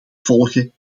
volgen